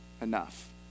enough